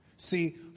See